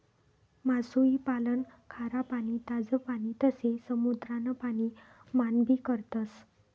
मासोई पालन खारा पाणी, ताज पाणी तसे समुद्रान पाणी मान भी करतस